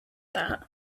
that